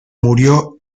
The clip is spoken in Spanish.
murió